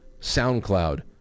SoundCloud